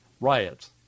riots